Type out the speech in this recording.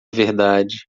verdade